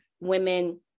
women